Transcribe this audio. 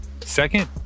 Second